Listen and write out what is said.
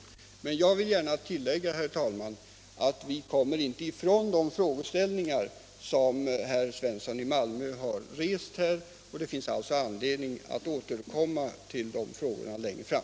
Men jag vill gärna tillägga, herr talman, att vi inte kommer ifrån de frågor som herr Svensson i Malmö här har tagit upp. Det finns alltså anledning att återkomma till de frågorna längre fram.